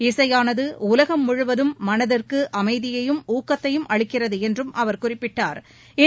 இசையானது உலகம் முழுவதும் மனதுக்கு அமைதியையும் ஊக்கத்தையும் அளிக்கிறது என்றும் அவர் குறிப்பிட்டாள்